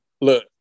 look